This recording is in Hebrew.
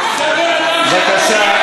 בבקשה,